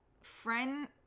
Friend